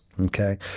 okay